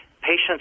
patients